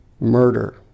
murder